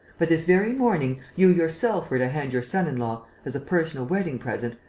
but, this very morning, you yourself were to hand your son-in-law, as a personal wedding-present,